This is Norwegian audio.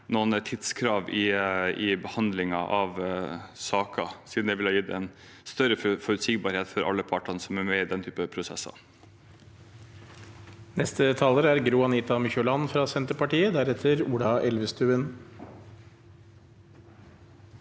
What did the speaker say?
noen tidskrav i behandlingen av saken, siden det ville gitt en større forutsigbarhet for alle partene som er med i denne typen prosesser.